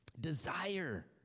Desire